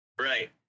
Right